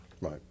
Right